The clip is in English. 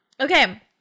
Okay